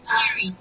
Terry